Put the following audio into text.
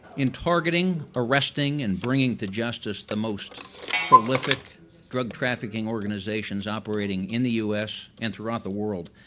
in targeting arresting and bringing to justice the most prolific drug trafficking organizations operating in the u s. and throughout the world,